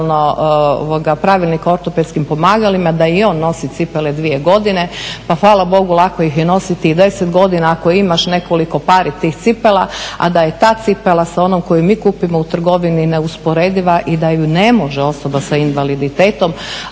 hvala Bogu lako ih je nositi i 10 godina ako imaš nekolik pari tih cipela, a da je ta cipela sa onom koju mi kupimo u trgovini neusporediva i da ju ne može osoba s invaliditetom